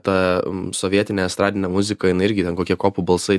ta sovietinė estradinė muzika jinai irgi ten kokie kopų balsai